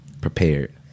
prepared